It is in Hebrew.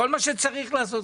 כל מה שצריך לעשות,